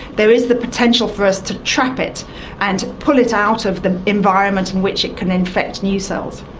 there is the potential for us to trap it and pull it out of the environment and which it can infect new cells.